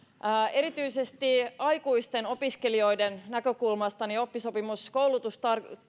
erityisesti aikuisten opiskelijoiden näkökulmasta oppisopimuskoulutus